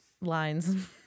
lines